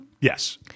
Yes